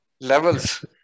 levels